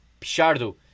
Pichardo